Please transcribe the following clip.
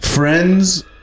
Friends